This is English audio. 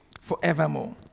forevermore